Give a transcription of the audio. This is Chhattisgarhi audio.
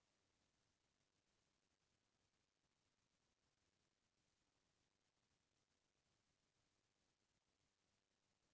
जेन आदमी मन ह दू नंबर के पइसा बनात हावय ओकर बर आयकर बिभाग हर बिल्कुल पीछू परे रइथे